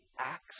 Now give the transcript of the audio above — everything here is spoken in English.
acts